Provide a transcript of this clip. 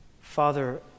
Father